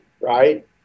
right